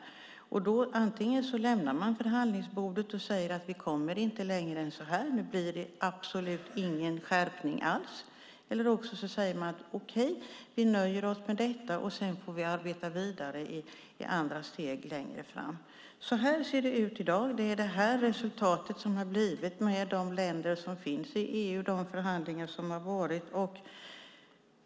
Antingen lämnar man förhandlingsbordet och säger att vi inte kommer längre än så här. Nu blir det absolut ingen skärpning alls. Eller också säger man: Okej, vi nöjer oss med detta och sedan får vi arbeta vidare i andra steg längre fram. Så här ser det ut i dag. Det är det här resultatet som har nåtts med de länder som finns i EU och efter de förhandlingar som har förts.